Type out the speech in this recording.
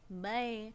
bye